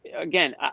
again